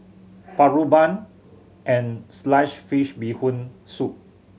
paru bun and slice fish Bee Hoon Soup